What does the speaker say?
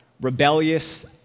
rebellious